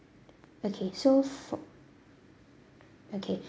okay so for okay